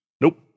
Nope